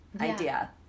idea